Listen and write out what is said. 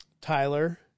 Tyler